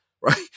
right